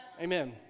Amen